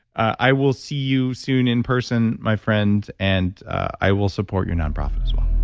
i will see you soon in person, my friend, and i will support your nonprofit as well